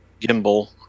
gimbal